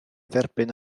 dderbyn